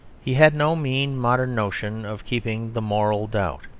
he had no mean modern notion of keeping the moral doubtful.